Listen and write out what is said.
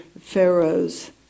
Pharaoh's